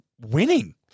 winning